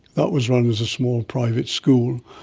that was run as a small private school,